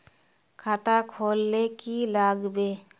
खाता खोल ले की लागबे?